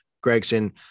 Gregson